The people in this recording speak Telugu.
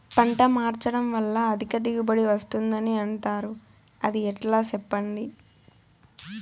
పంట మార్చడం వల్ల అధిక దిగుబడి వస్తుందని అంటారు అది ఎట్లా సెప్పండి